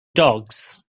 dogs